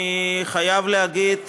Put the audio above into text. אני חייב להגיד